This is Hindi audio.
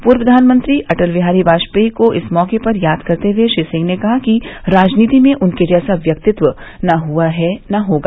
पूर्व प्रधानमंत्री अटल बिहारी वाजपेयी को इस मैके पर याद करते हुए श्री सिंह ने कहा कि राजनीति में उनके जैसा व्यक्तित्व न हुआ है और न होगा